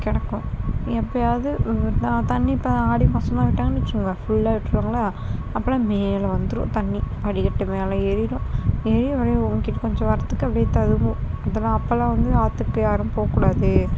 கிடக்கும் எப்போயாது தண்ணி இப்போ ஆடி மாசோல்லாம் விட்டாங்கன்னு வெச்சுக்கோங்க ஃபுல்லா விட்டுருவாங்களா அப்போல்லாம் மேல் வந்துடும் தண்ணி படிக்கட்டு மேலே ஏறிடும் ஏரி கிட்டே கொஞ்சம் வரதுக்கு அப்படியே ததும்பும் அப்போ தான் அப்போல்லாம் வந்து ஆற்றுக்கு யாரும் போகக்கூடாது